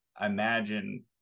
imagine